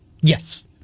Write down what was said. Yes